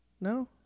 No